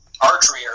archery